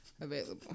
available